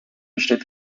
besteht